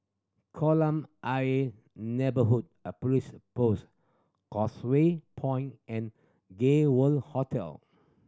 Kolam Ayer Neighbourhood a Police Post Causeway Point and Gay World Hotel